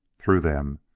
through them,